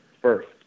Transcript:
first